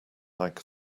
like